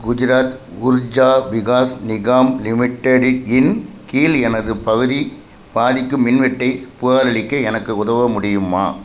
Gujarat Urja Vikas Nigam limited இன் கீழ் எனது பகுதி பாதிக்கும் மின்வெட்டை ஸ் புகாரளிக்க எனக்கு உதவ முடியுமா